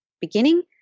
beginning